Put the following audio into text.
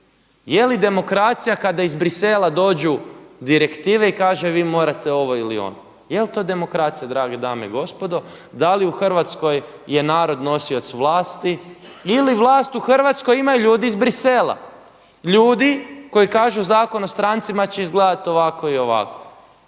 Je li demokracija kada iz Bruxellesa dođu direktive i kaže vi morate ovo ili ono? Je li to demokracija drage dame i gospodo? Da li u Hrvatskoj je narod nosioc vlasti ili vlas u Hrvatskoj imaju ljudi iz Bruxellesa, ljudi koji kažu Zakon o strancima će izgledati ovako i ovako.